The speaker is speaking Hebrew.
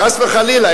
חס וחלילה,